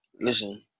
Listen